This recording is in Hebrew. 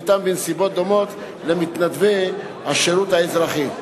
הניתן בנסיבות דומות למתנדבי השירות האזרחי.